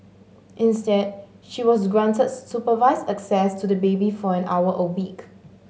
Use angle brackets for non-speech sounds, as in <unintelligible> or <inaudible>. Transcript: instead she was granted <unintelligible> supervised access to the baby for an hour a week